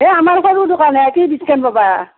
এই আমাৰ সৰু দোকান হে কি ডিছকাউণ্ট পাবা